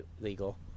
legal